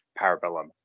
parabellum